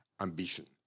ambition